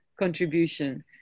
contribution